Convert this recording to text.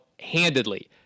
handedly